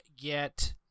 get